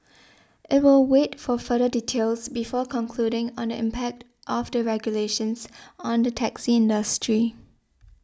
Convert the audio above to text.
it will wait for further details before concluding on the impact of the regulations on the taxi industry